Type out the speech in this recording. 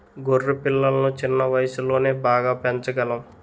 గొర్రె పిల్లలను చిన్న వయసులోనే బాగా పెంచగలం